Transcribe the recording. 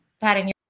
patting